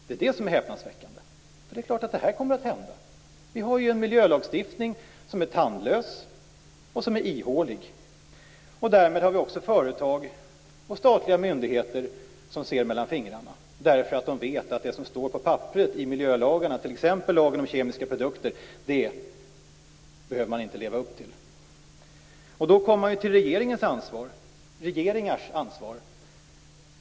Det är det som är häpnadsväckande. Det är klart att det här kommer att hända. Vi har ju en miljölagstiftning som är tandlös och ihålig. Därmed har vi också företag och statliga myndigheter som ser mellan fingrarna. De vet ju att man inte behöver leva upp till det som står på papperet i miljölagarna, t.ex. i lagen om kemiska produkter. Då kommer man till regeringarnas ansvar.